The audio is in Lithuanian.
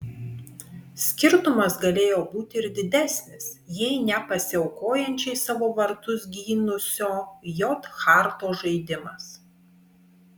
skirtumas galėjo būti ir didesnis jei ne pasiaukojančiai savo vartus gynusio j harto žaidimas